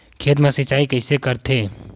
खेत मा सिंचाई कइसे करथे?